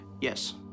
Yes